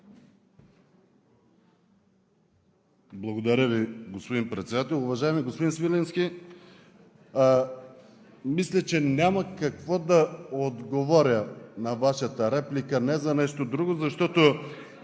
Благодаря Ви, господин Председател. Уважаеми господин Свиленски, мисля, че няма какво да отговоря на Вашата реплика не за нещо друго, а защото